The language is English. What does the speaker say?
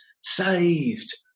saved